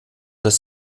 des